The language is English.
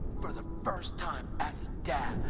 for the first time as a dad,